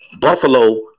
Buffalo